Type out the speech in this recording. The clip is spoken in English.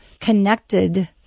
connected